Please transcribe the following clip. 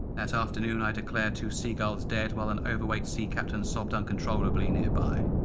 that afternoon i declared two seagulls dead while an overweight sea captain sobbed uncontrollably nearby.